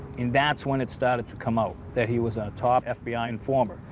and that's when it started to come out that he was a top fbi informer.